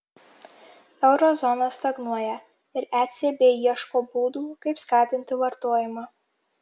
euro zona stagnuoja ir ecb ieško būdų kaip skatinti vartojimą